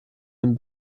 den